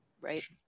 Right